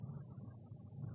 मैं यहां समाप्त करना चाहूँगा